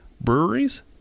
breweries